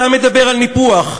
אתה מדבר על ניפוח.